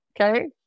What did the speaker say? okay